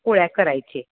पोळ्या करायचे